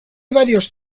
varios